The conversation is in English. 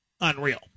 unreal